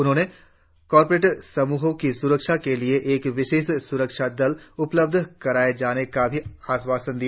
उन्होंने कॉर्पोरेट समूहों की सुरक्षा के लिए एक विशेष सुरक्षा दल उपलब्ध कराए जाने का भी आश्वासन दिया